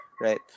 right